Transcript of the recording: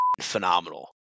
phenomenal